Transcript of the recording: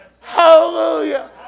Hallelujah